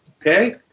Okay